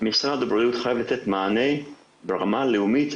משרד הבריאות חייב לתת מענה ברמה הלאומית,